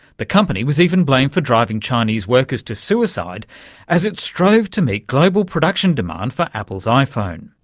the company was even blamed for driving chinese workers to suicide as it strove to meet global production demand for apple's iphone.